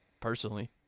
personally